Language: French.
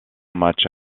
match